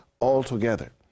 altogether